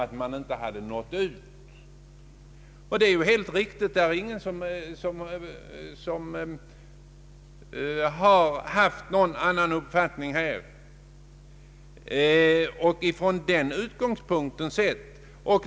Det är alldeles riktigt att det är angeläget med en sådan verksamhet, och ingen har på den punkten haft någon annan uppfattning.